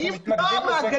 אנחנו מתנגדים לזה.